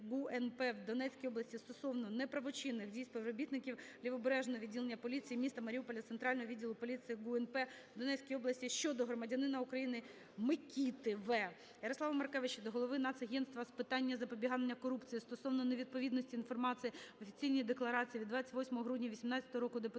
Донецькій області стосовно неправочинних дій співробітників Лівобережного відділення поліції міста Маріуполя Центрального відділу поліції ГУ НП в Донецькій області щодо громадянина України Микіти В. Ярослава Маркевича до голови Нацагентства з питань запобігання корупції стосовно невідповідності інформації в офіційній декларації від 28 грудня 2018 року депутата